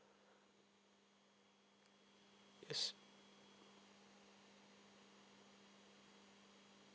yes